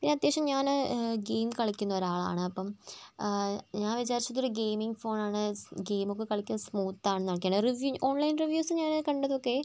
പിന്നെ അത്യാവശ്യം ഞാൻ ഗെയിം കളിക്കുന്ന ഒരാളാണ് അപ്പം ഞാൻ വിചാരിച്ചത് ഇതൊരു ഗെയിമിംഗ് ഫോൺ ആണ് ഗെയിം ഒക്കെ കളിയ്ക്കാൻ സ്മൂത്ത് ആണെന്ന് ഒക്കെയാണ് റിവ്യൂ ഓൺലൈൻ റിവ്യൂസ് ഞാൻ കണ്ടതൊക്കെ